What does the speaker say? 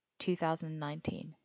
2019